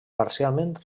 parcialment